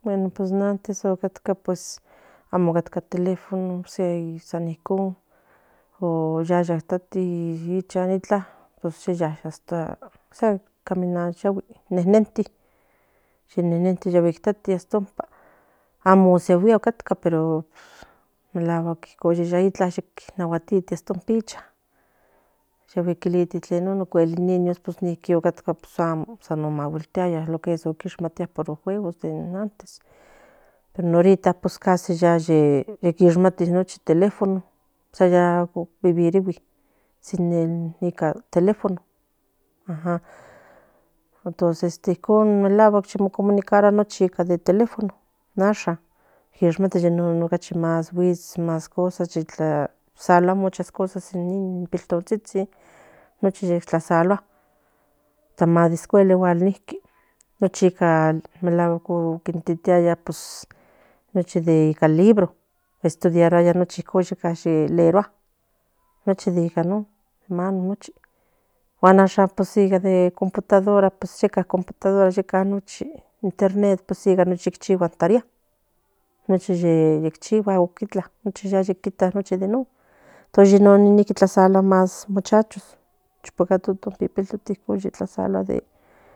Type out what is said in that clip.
Bueno pues in antes amo catca in telegonsan icon oyaya tati nichan amo ni shiaguia melacuatl nahuatiti asta ompa nichan kiliti pues in niños maguitiaya in juegos de antes pero ahorita pues casi quishmati in teléfono amo vivirigui in teléfono icon melahuack ica in telequishmati más guist muchas cosas salua asta in escuela nochi melaguack pus nochi ica libro yeka ye leurua nochi mano guan ayshan in computadora internet nochi ichan in computadora non tlaruasuara de